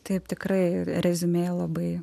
taip tikrai reziumė labai